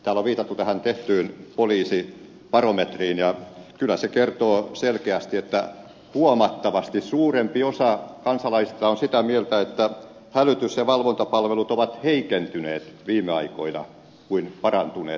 täällä on viitattu tehtyyn poliisibarometriin ja kyllä se kertoo selkeästi että huomattavasti suurempi osa kansalaisista on sitä mieltä että hälytys ja valvontapalvelut ovat viime aikoina heikentyneet pikemminkin kuin parantuneet